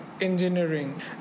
engineering